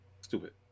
Stupid